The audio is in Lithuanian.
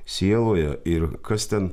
sieloje ir kas ten